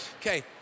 Okay